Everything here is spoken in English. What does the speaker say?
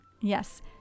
Yes